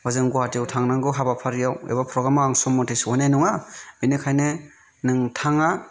हजों गुवाहाटियाव थांनांगौ हाबाफारियाव एबा प्रग्रामाव आं सम मथे सहैनाय नङा बेनिखायनो नोंथाङा